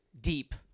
deep